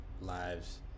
lives